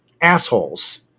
assholes